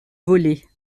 volée